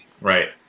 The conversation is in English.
Right